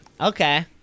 okay